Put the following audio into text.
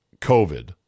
covid